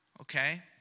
okay